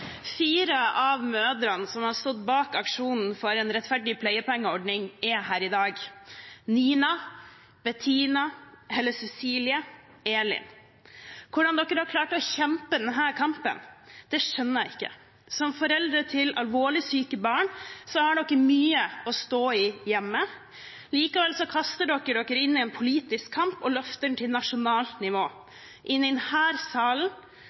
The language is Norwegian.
Fire av mødrene som har stått bak aksjonen for en rettferdig pleiepengeordning, er her i dag – Nina, Bettina, Helle Cecilie og Elin. Hvordan de har klart å kjempe den kampen, skjønner jeg ikke. Som foreldre til alvorlig syke barn har de mye å stå i hjemme. Likevel kaster de seg inn i en politisk kamp og løfter den til nasjonalt nivå, inn i denne salen